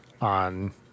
on